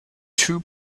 two